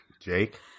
Jake